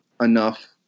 enough